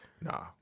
Nah